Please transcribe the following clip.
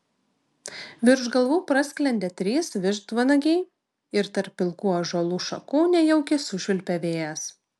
virš galvų prasklendė trys vištvanagiai ir tarp plikų ąžuolų šakų nejaukiai sušvilpė vėjas